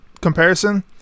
comparison